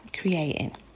creating